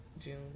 June